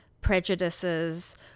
prejudices